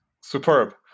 Superb